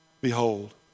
Behold